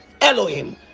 elohim